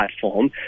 platform